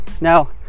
now